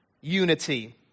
unity